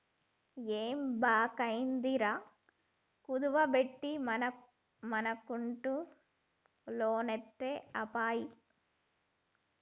ఏ బాంకైతేందిరా, కుదువ బెట్టుమనకుంట లోన్లిత్తె ఐపాయె